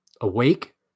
awake